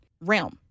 realm